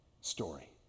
story